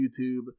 YouTube